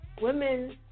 Women